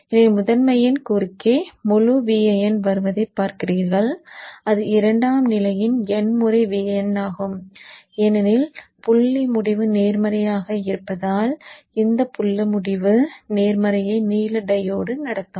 எனவே முதன்மையின் குறுக்கே முழு Vin வருவதைப் பார்க்கிறீர்கள் அது இரண்டாம் நிலையின் n முறை Vin ஆகும் ஏனெனில் புள்ளி முடிவு நேர்மறையாக இருப்பதால் இந்த புள்ளி முடிவு நேர்மறையை நீல டையோடு நடத்தும்